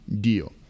deal